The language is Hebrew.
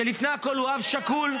שלפני הכול הוא אב שכול,